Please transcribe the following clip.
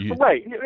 Right